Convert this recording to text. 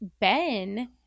Ben